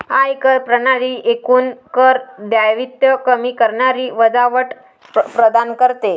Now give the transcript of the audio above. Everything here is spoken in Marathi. आयकर प्रणाली एकूण कर दायित्व कमी करणारी वजावट प्रदान करते